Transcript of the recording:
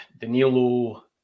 Danilo